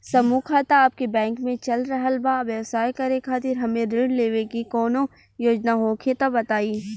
समूह खाता आपके बैंक मे चल रहल बा ब्यवसाय करे खातिर हमे ऋण लेवे के कौनो योजना होखे त बताई?